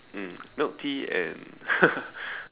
um milk tea and